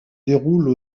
déroulent